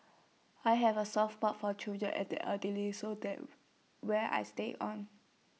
I have A soft spot for children and the elderly so that have where I stayed on